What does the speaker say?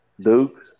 Duke